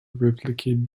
replicate